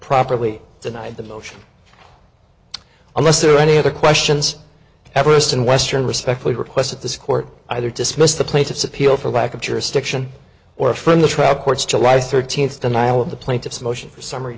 properly denied the motion unless there are any other questions everest's in western respectfully request that this court either dismissed the place its appeal for lack of jurisdiction or from the trap court's july thirteenth denial of the plaintiff's motion for summary